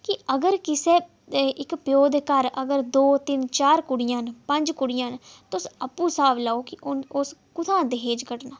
कि अगर कुसै इक प्यो दे घर अगर दो तिन्न चार कुड़ियां न पंज कुड़ियां न तुस आपूं स्हाब लाओ कि उस कुत्थूं दाज कड्ढना